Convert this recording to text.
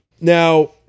Now